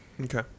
Okay